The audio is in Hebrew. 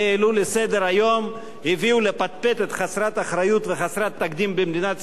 לסדר-היום והביאו לפטפטת חסרת אחריות וחסרת תקדים במדינת ישראל,